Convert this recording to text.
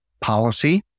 policy